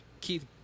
Keith